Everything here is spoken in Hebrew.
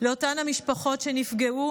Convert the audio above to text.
לאותן המשפחות שנפגעו